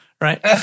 right